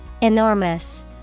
Enormous